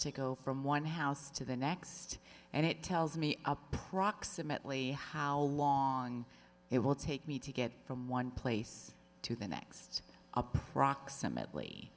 to go from one house to the next and it tells me approximately how long it will take me to get from one place to the next proximately